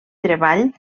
treball